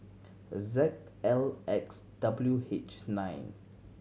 Z L X W H nine